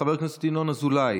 חבר הכנסת ינון אזולאי,